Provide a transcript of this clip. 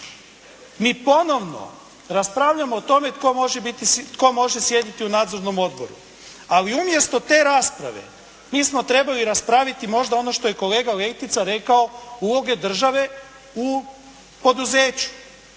Mi ponovno raspravljamo o tome tko može sjediti u nadzornom odboru. Ali umjesto te rasprave mi smo trebali raspraviti možda ono što je kolega Letica rekao uloge države u poduzeću.